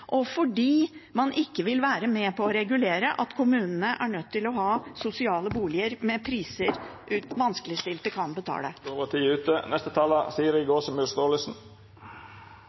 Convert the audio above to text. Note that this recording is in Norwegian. og fordi man ikke vil være med på å regulere det slik at kommunene er nødt til å ha sosiale boliger med priser som vanskeligstilte kan betale.